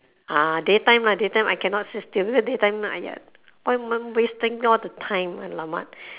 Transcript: ah day time lah day time I cannot sit still because day time !aiya! why want wasting all the time !alamak!